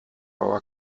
our